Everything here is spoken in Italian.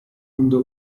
andò